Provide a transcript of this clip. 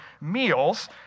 meals